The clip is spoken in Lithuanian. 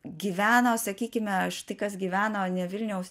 gyveno sakykime štai kas gyveno ne vilniaus